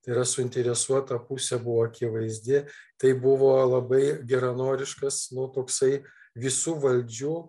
tai yra suinteresuota pusė buvo akivaizdi tai buvo labai geranoriškas nu toksai visų valdžių